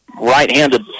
right-handed